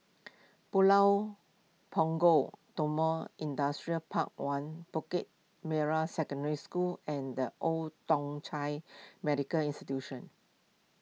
Pulau Punggol Timor Industrial Park one Bukit Merah Secondary School and Old Thong Chai Medical Institution